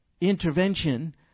intervention